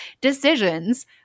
decisions